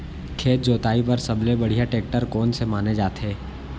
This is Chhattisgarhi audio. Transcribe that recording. खेत जोताई बर सबले बढ़िया टेकटर कोन से माने जाथे?